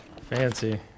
Fancy